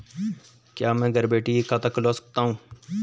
क्या मैं घर बैठे ही खाता खुलवा सकता हूँ?